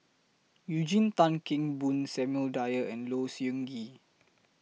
Eugene Tan Kheng Boon Samuel Dyer and Low Siew Nghee